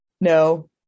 no